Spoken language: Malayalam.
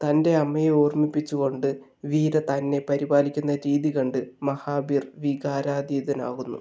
തൻ്റെ അമ്മയെ ഓർമ്മിപ്പിച്ചു കൊണ്ട് വീര തന്നെ പരിപാലിക്കുന്ന രീതി കണ്ട് മഹാബിർ വികാരാധീതനാവുന്നു